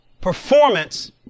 performance